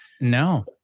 No